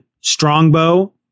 Strongbow